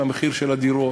במחיר של הדירות,